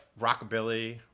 rockabilly